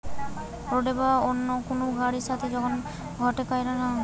রোডের বা অন্য কুনু গাড়ির সাথে যখন গটে কইরা টাং লাগাইতেছে তাকে বাল্ক টেংক বলে